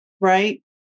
right